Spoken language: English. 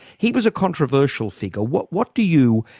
he was a controversial figure. what what do you,